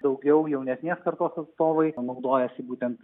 daugiau jaunesnės kartos atstovai naudojasi būtent